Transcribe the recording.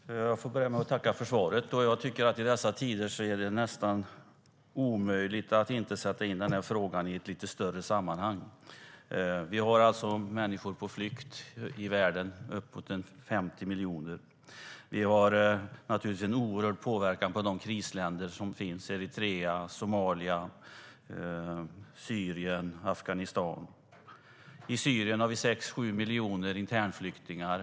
Herr talman! Jag vill börja med att tacka för svaret. I dessa tider är det nästan omöjligt att inte sätta in den här frågan i ett lite större sammanhang. Uppemot 50 miljoner människor i världen är på flykt. Det är en oerhörd påverkan på krisländer som Eritrea, Somalia, Syrien och Afghanistan. I Syrien finns det 6-7 miljoner internflyktingar.